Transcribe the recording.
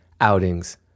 outings